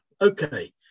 Okay